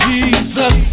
Jesus